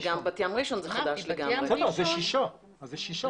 גם בת ים-ראשון לציון, זה חדש לגמרי.